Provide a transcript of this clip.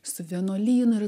su vienuolynu ir